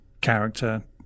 character